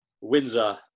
Windsor